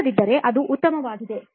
ಇಲ್ಲದಿದ್ದರೆ ಅದು ಉತ್ತಮವಾಗಿದೆ